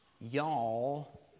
y'all